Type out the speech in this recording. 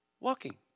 walking